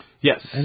Yes